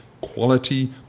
quality